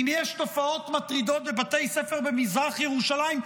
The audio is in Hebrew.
אם יש תופעות מטרידות בבתי ספר במזרח ירושלים,